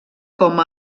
com